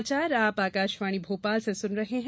यह समाचार आप आकाशवाणी भोपाल से सुन रहे हैं